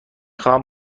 خواهم